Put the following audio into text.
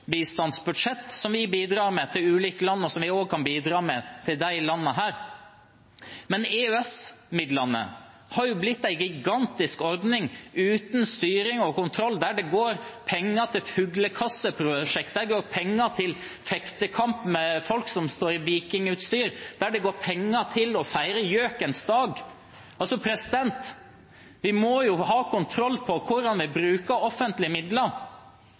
bistandsbudsjett, som vi bidrar med til ulike land, og som vi også kan bidra med til disse landene. EØS-midlene har blitt en gigantisk ordning uten styring og kontroll, der det går penger til fuglekasseprosjekter, det går penger til fektekamp mellom folk som står i vikingutstyr, og der det går penger til å feire gjøkens dag! Vi må ha kontroll på hvordan vi bruker offentlige midler.